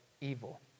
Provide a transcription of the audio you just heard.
evil